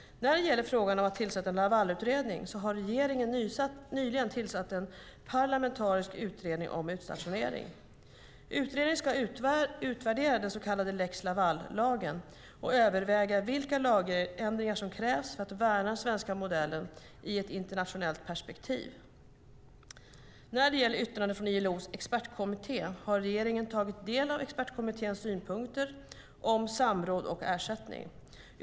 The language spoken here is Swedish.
När det gäller frågan om att tillsätta en Lavalutredning har regeringen nyligen tillsatt en parlamentarisk utredning om utstationering. Utredningen ska utvärdera den så kallade lex Laval och överväga vilka lagändringar som krävs för att värna den svenska modellen i ett internationellt perspektiv. När det gäller yttrandet från ILO:s expertkommitté har regeringen tagit del av expertkommitténs synpunkter om samråd och ersättning.